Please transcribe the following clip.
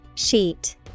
Sheet